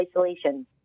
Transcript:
isolation